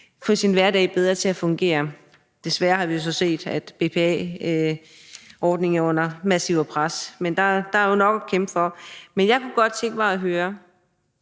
kan få sin hverdag til at fungere bedre. Desværre har vi jo så set, at BPA-ordningen er under massivt pres, så der er jo nok at kæmpe for. Men jeg kunne godt tænke mig at høre